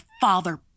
father